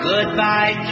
Goodbye